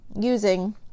using